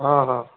ହଁ ହଁ